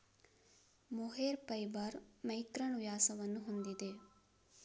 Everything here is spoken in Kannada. ಮೊಹೇರ್ ಫೈಬರ್ ಮೈಕ್ರಾನ್ ವ್ಯಾಸವನ್ನು ಹೊಂದಿದೆ